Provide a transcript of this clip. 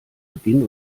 beginn